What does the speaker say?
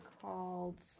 called